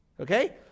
Okay